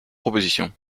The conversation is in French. proposition